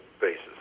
basis